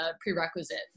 prerequisite